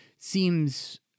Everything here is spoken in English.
seems